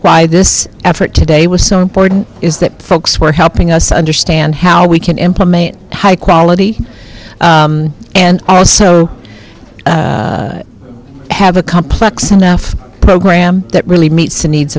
why this effort today was so important is that folks were helping us understand how we can implement high quality and also have a complex enough program that really meets a needs